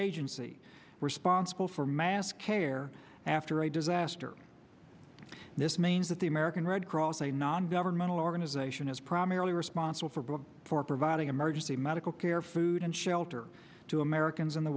agency responsible for mass care after a disaster this means that the american red cross a nongovernmental organization is primarily responsible for books for providing emergency medical care food and shelter to americans in the